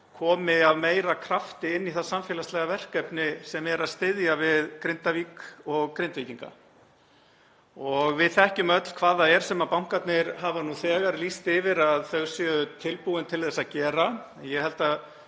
komi af meiri krafti inn í það samfélagslega verkefni að styðja við Grindavík og Grindvíkinga. Við þekkjum öll hvað það er sem bankarnir hafa nú þegar lýst yfir að þeir séu tilbúnir að gera en ég held að